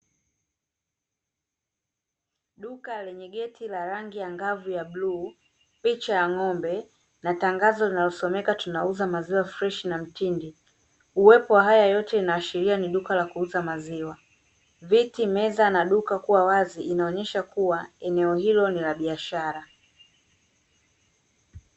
Duka lenye geti la rangi angavu ya bluu, picha ya ng'ombe, na tangazo linalosomeka " tunauza maziwa freshi na mtindi". Uwepo wa haya yote inaashiria ni duka la kuuza maziwa. Viti, meza, na duka kuwa wazi inaonyesha kuwa, eneo hilo ni la biashara.